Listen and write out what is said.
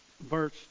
verse